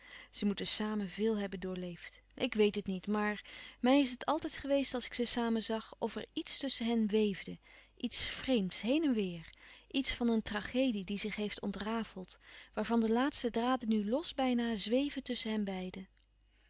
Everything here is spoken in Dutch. ze moeten samen veel hebben doorleefd ik weet het niet maar mij is het altijd geweest als ik ze samen zag of er iets tusschen hen weefde iets vreemds heen en weêr iets van een tragedie die zich heeft ontrafeld waarvan de laatste draden nu los bijna zweven tusschen hen beiden